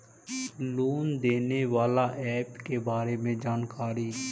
Loan देने बाला app के बारे मे जानकारी?